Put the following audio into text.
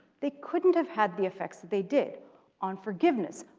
they couldn't have had the effects that they did on forgiveness,